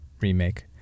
remake